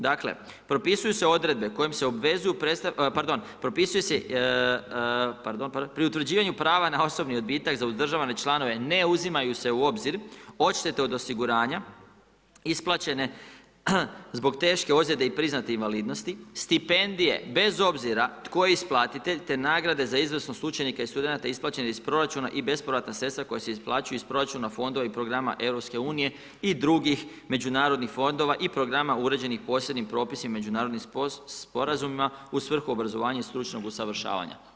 Dakle, propisuju se odredbe, kojim se obvezuju, pardon, pri utvrđivanju prava na osobni odbitak, za uzdržavane članove, ne uzimaju se u obzir, odštete od osiguranja, isplaćene zbog teške ozlijede i priznate invalidnosti, stipendije, bez obzira tko je isplatitelj, te nagrade za izvornost učenika i studenata, isplaćenih iz proračuna i bespovratna sredstva koja se isplaćuju iz proračuna fondova i programa EU, i drugih međunarodnih fondova i programa uređenih propisanim propisima međunarodnim sporazumima, u svrhu obrazovanju i stručnog usavršavanja.